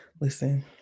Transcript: Listen